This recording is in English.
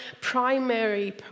primary